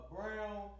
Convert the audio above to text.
Brown